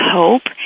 hope